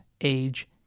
age